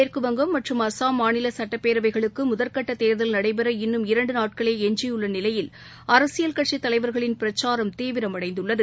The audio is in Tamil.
மேற்குவங்கம் மற்றும் அஸ்ஸாம் மாநில சட்டப்பேரவைகளுக்கு முதல் கட்ட தேர்தல் நடைபெற இன்னும் இரண்டு நாட்களே எஞ்சியுள்ள நிலையில் அரசியல் கட்சித் தலைவா்களின் பிரச்சாரம் தீவிரமடைந்துள்ளது